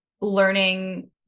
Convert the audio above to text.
learning